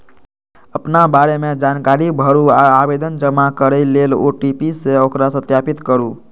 अपना बारे मे जानकारी भरू आ आवेदन जमा करै लेल ओ.टी.पी सं ओकरा सत्यापित करू